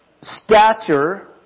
stature